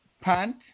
Pant